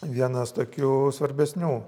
vienas tokių svarbesnių